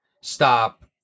stop